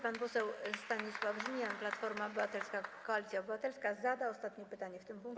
Pan poseł Stanisław Żmijan, Platforma Obywatelska - Koalicja Obywatelska, zada ostatnie pytanie w tym punkcie.